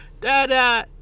Dada